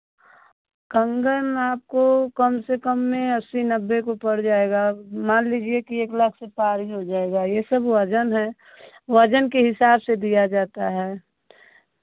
कंगन आपको कम से कम में अस्सी नब्बे को पड़ जाएगा अब मान लीजिए कि एक लाख से पार ही हो जाएगा ये सब वजन है वजन के हिसाब से दिया जाता है